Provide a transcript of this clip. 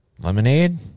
lemonade